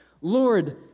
Lord